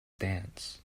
dance